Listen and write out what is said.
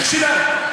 נכשלה.